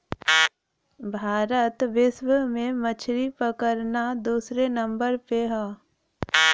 भारत विश्व में मछरी पकड़ना दूसरे नंबर पे हौ